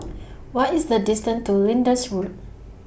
What IS The distance to Lyndhurst Road